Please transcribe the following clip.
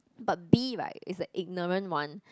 but B right is the ignorant one